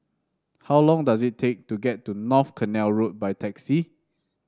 how long does it take to get to North Canal Road by taxi